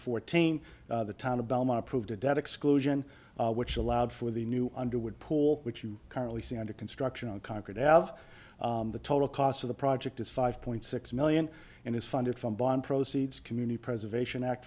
fourteen the town of belmont approved a debt exclusion which allowed for the new underwood pool which you currently see under construction on concrete out of the total cost of the project is five point six million and is funded from bond proceeds community preservation act